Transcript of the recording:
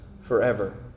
forever